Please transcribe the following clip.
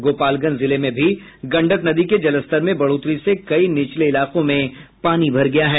गोपालगंज जिले में भी गंडक नदी के जलस्तर में बढ़ोतरी से कई निचले इलाकों में पानी भर गया है